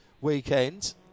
weekend